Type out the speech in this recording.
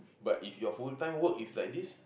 but if your full time work is like this